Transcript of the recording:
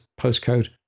postcode